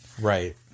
Right